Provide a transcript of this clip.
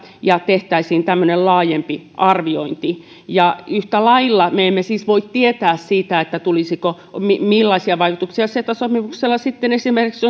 ja tehtäisiin tämmöinen laajempi arviointi yhtä lailla me emme siis voi tietää sitä millaisia vaikutuksia ceta sopimuksella on esimerkiksi